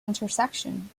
intersection